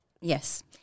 Yes